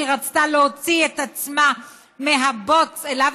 כשהיא רצתה להוציא את עצמה מהבוץ שאליו